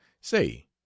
say